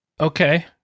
Okay